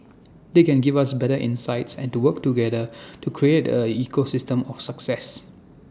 they can give us better insights and to work together to create A ecosystem of success